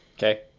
Okay